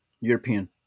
European